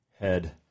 head